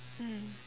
mm